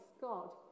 God